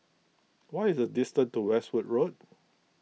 what is the distance to Westwood Road